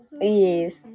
Yes